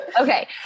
Okay